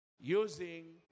using